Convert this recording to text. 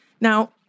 Now